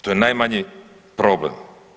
To je najmanji problem.